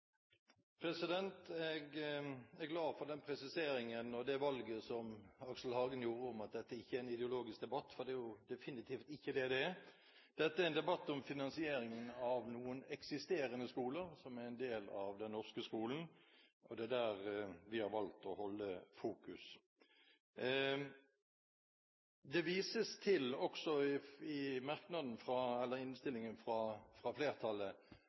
barnehagefeltet. Jeg er glad for den presiseringen og det valget som Aksel Hagen gjorde, at dette ikke er en ideologisk debatt, for det er definitivt ikke det det er. Dette er en debatt om finansieringen av noen eksisterende skoler, som er en del av den norske skolen. Det er der vi har valgt å holde fokus. Det vises til også i